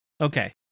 Okay